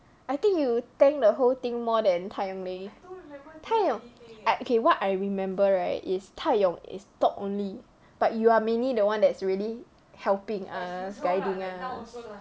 I think you tanked the whole thing more than tai yong leh okay what I remember right is tai yong is talk only but you are mainly the one that's really helping us guiding us